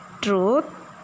truth